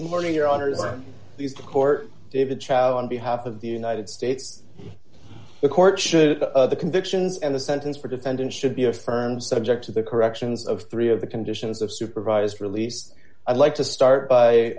morning your honour's these court david chow on behalf of the united states the court should the convictions and the sentence for defendant should be affirmed subject to the corrections of three of the conditions of supervised release i'd like to start